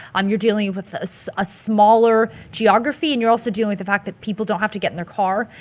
um you're dealing with a so a smaller geography and you're also dealing with the fact that people don't have to get in their car,